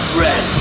red